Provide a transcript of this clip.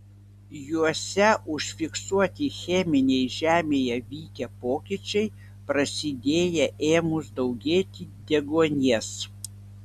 juose užfiksuoti cheminiai žemėje vykę pokyčiai prasidėję ėmus daugėti deguonies